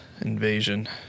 invasion